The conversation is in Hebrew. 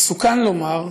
מסוכן לומר,